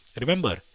remember